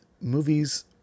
movies